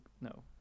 No